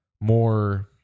more